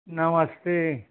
नमस्ते